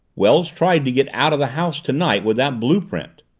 wells tried to get out of the house tonight with that blue-print.